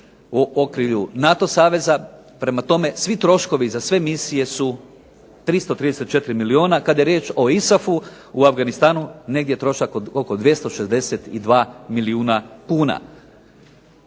u okrilju NATO saveza. Prema tome, svi troškovi za sve misije su 334 milijuna. Kada je riječ o ISAF-u u Afganistanu negdje je trošak oko 262 milijuna kuna.